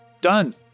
Done